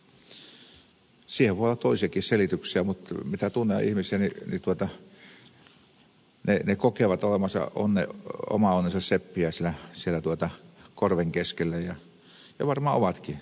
siihen voi olla toisiakin selityksiä mutta mitä tunnen ihmisiä niin he kokevat olevansa oman onnensa seppiä siellä korven keskellä ja varmaan ovatkin